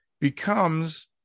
becomes